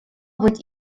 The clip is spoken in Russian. быть